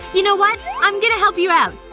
you know what? i'm going to help you out